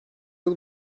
yıl